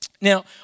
Now